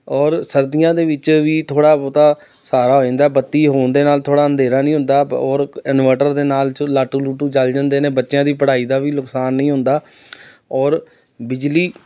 ਔਰ ਸਰਦੀਆਂ ਦੇ ਵਿੱਚ ਵੀ ਥੋੜ੍ਹਾ ਬਹੁਤਾ ਸਹਾਰਾ ਹੋ ਜਾਂਦਾ ਬੱਤੀ ਹੋਣ ਦੇ ਨਾਲ ਥੋੜ੍ਹਾ ਅੰਧੇਰਾ ਨਹੀਂ ਹੁੰਦਾ ਔਰ ਇਨਵਰਟਰ ਦੇ ਨਾਲ ਲਾਟੂ ਲੂਟੂ ਚਲ ਜਾਂਦੇ ਨੇ ਬੱਚਿਆਂ ਦੀ ਪੜ੍ਹਾਈ ਦਾ ਵੀ ਨੁਕਸਾਨ ਨਹੀਂ ਹੁੰਦਾ ਔਰ ਬਿਜਲੀ